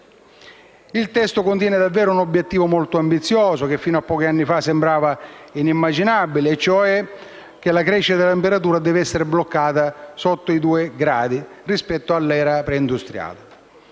Il testo contiene davvero un obiettivo molto ambizioso, che fino a pochi anni fa sembrava inimmaginabile, e cioè che la crescita della temperatura deve essere bloccata al di sotto dei 2 gradi rispetto all'era preindustriale.